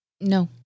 No